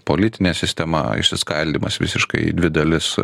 politinė sistema išsiskaldymas visiškai į dvi dalis